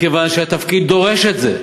מכיוון שהתפקיד דורש את זה.